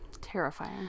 Terrifying